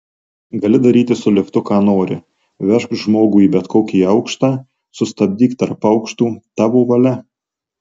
gali daryti su liftu ką nori vežk žmogų į bet kokį aukštą sustabdyk tarp aukštų tavo valia